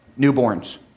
newborns